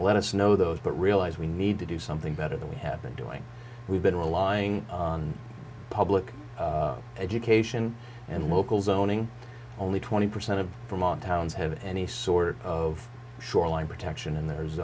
let us know those but realize we need to do something better than we have been doing we've been relying on public education and local zoning only twenty percent of vermont towns have any sort of shoreline protection in the